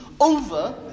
over